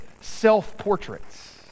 self-portraits